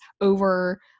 over